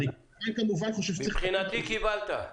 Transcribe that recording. מבחינתי קיבלת.